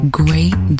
great